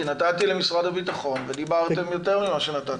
כי נתתי למשרד הביטחון ודיברתם יותר ממה שנתתי.